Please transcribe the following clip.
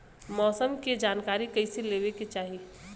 मौसम के जानकारी कईसे लेवे के चाही?